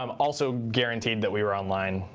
um also guaranteed that we were online.